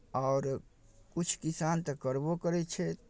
आओर किछु किसान तऽ करबो करै छै